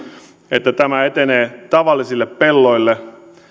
että tämä etenee tavallisille pelloille